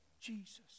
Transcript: Jesus